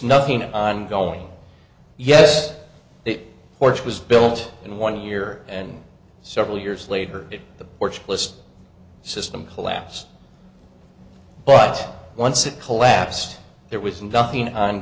nothing on going yes it was built in one year and several years later the porch list system collapsed but once it collapsed there was nothing on